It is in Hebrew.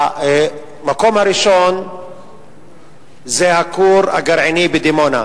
המקום הראשון זה הכור הגרעיני בדימונה,